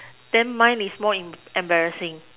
then mine is more embarrassing